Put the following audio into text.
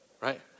right